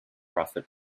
profit